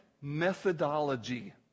methodology